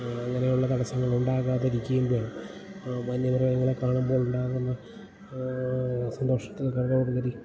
അങ്ങനെയുള്ള തടസങ്ങളുണ്ടാകാതിരിക്കുകയും വേണം വന്യ മൃഗങ്ങളെ കാണുമ്പോളുണ്ടാകുന്ന സന്തോഷത്തിൽ കൂടുതലുപരി